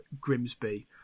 Grimsby